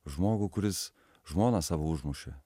žmogų kuris žmoną savo užmušė